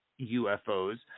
ufos